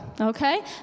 Okay